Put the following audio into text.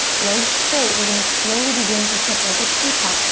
legs straight. we're gonna slowly begin to tip like a teapot,